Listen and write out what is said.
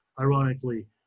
ironically